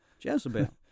Jezebel